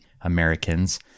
Americans